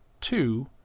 Two